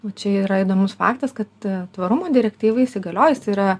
o čia yra įdomus faktas kad tvarumo direktyvai įsigaliojus yra